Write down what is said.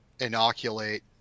inoculate